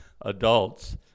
adults